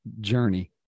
journey